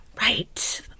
right